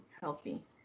healthy